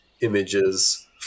images